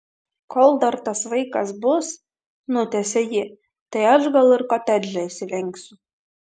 kol dar tas vaikas bus nutęsia ji tai aš gal ir kotedžą įsirengsiu